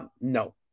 no